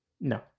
No